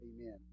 Amen